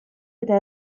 eta